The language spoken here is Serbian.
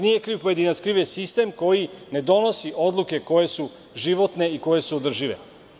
Nije kriv pojedinac, kriv je sistem koji ne donosi odluke koje su životne i koje su održive.